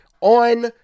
On